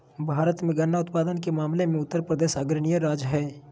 भारत मे गन्ना उत्पादन के मामले मे उत्तरप्रदेश अग्रणी राज्य हय